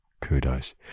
kudos